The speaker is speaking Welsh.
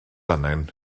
angen